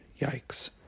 yikes